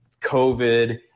COVID